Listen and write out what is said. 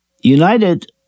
United